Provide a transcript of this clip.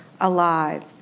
alive